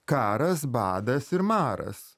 karas badas ir maras